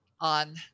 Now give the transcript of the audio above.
on